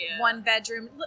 one-bedroom